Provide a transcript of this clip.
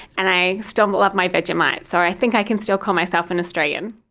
and i still love my vegemite, so i think i can still call myself an australian.